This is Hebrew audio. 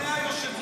לא מוכן.